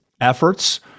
efforts